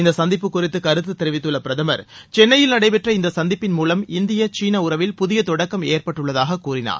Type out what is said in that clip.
இந்த சந்திப்பு குறித்து கருத்து தெரிவித்துள்ள பிரதமர் சென்னையில் நடைபெற்ற இந்த சந்திப்பின் மூலம் இந்திய சீன உறவில் புதிய தொடக்கம் ஏற்பட்டுள்ளதாகக் கூறினார்